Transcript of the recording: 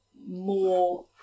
more